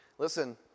Listen